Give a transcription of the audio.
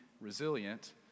resilient